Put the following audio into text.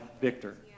victor